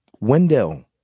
Wendell